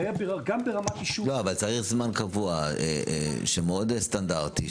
אבל צריך זמן קבוע שהוא מאוד סטנדרטי,